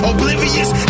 Oblivious